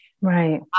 Right